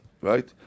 right